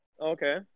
Okay